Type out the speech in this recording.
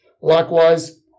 Likewise